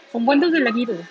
perempuan tu ke lelaki tu